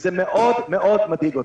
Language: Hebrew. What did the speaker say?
וזה מאוד מאוד מדאיג אותי.